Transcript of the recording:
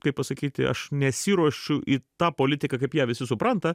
kaip pasakyti aš nesiruošiu į tą politiką kaip ją visi supranta